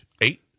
eight